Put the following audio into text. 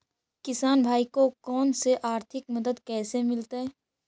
किसान भाइयोके कोन से आर्थिक मदत कैसे मीलतय?